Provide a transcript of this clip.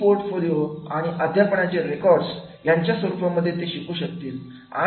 E portfolio आणि अध्यापनाचे record यांच्या स्वरूपामध्ये ते शिकू शकतात